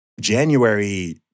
January